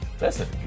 listen